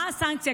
מה הסנקציה?